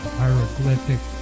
hieroglyphic